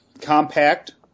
compact